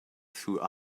through